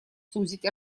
сузить